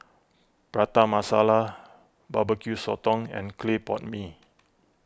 Prata Masala BBQ Sotong and Clay Pot Mee